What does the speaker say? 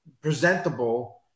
presentable